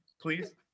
please